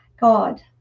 God